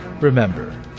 Remember